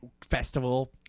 festival